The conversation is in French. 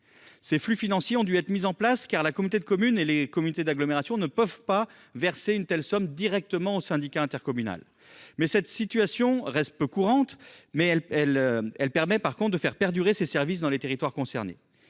Ces flux financiers ont dû être instaurés, car ni les communautés de communes ni les communautés d’agglomération ne peuvent verser une telle somme directement aux syndicats intercommunaux. Cette situation est peu courante, mais elle permet de faire perdurer les services en question dans les territoires concernés.